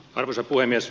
arvoisa puhemies